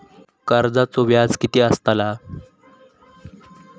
कर्जाचो व्याज कीती असताला?